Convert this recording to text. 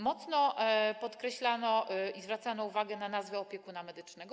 Mocno podkreślano i zwracano uwagę na nazwę opiekuna medycznego.